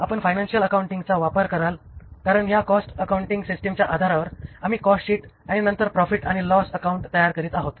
आपण फायनान्शिअल अकाउंटिंगचा वापर कराल कारण या कॉस्ट अकाउंटिंग सिस्टिमच्या आधारावर आम्ही कॉस्टशीट आणि नंतर प्रॉफिट आणि लॉस अकाउंट तयार करीत आहोत